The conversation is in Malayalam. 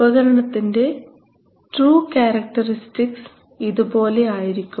ഉപകരണത്തിന്റെ ട്രൂ ക്യാരക്ടറിസ്റ്റിക്സ് ഇതുപോലെ ആയിരിക്കും